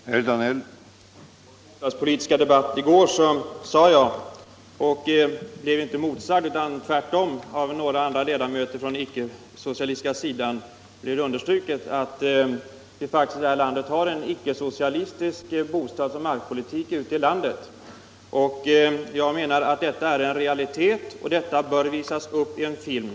Herr talman! I den bostadspolitiska debatten i går sade jag att vi i det här landet faktiskt har en icke-socialistisk bostadsoch markpolitik ute i landet. Jag blev på den punkten inte motsagd, utan detta underströks tvärtom av inlägg från den icke-socialistiska sidan. Detta är en realitet, och det bör visas i en sådan här film.